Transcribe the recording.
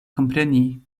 kompreni